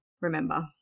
remember